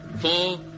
four